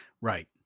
right